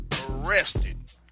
arrested